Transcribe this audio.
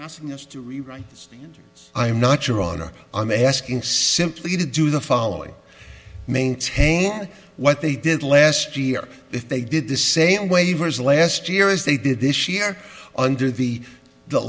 asking us to rewrite i'm not your honor i'm asking simply to do the following maintain what they did last year if they did the same waivers last year as they did this year under the the